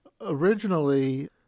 Originally